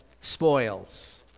spoils